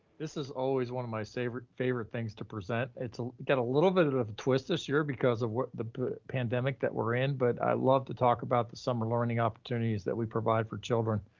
this is always one of my favorite favorite things to present. it's got a little bit of a twist this year because of the pandemic that we're in, but i love to talk about the summer learning opportunities. that we provide for children.